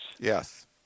Yes